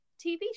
TV